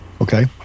okay